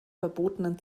verbotenen